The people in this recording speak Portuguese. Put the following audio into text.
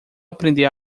aprender